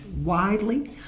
widely